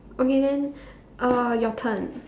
okay then uh your turn